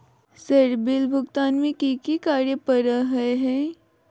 Sir bill भुगतान में की की कार्य पर हहै?